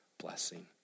blessing